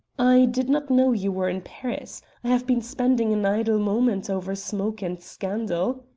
i did not know you were in paris. i have been spending an idle moment over smoke and scandal.